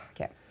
okay